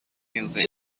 music